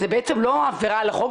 זה בעצם לא עבירה על החוק.